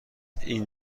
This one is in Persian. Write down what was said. این